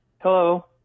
Hello